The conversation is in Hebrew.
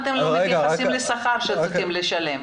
למה אתם לא מתייחסים לשכר שצריך לשלם?